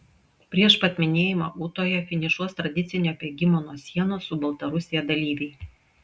prieš pat minėjimą ūtoje finišuos tradicinio bėgimo nuo sienos su baltarusija dalyviai